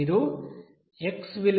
మీరు x విలువను 0